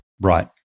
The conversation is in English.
Right